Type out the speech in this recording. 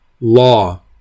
Law